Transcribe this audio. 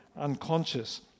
Unconscious